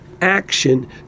action